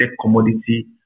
commodity